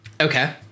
Okay